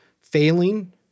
Failing